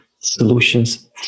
solutions